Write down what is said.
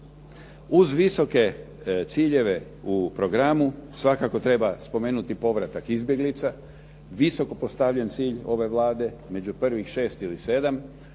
Uz visoke ciljeve u programu svakako treba spomenuti povratak izbjeglica. Visoko postavljen cilj ove Vlade, među prvih šest ili sedam,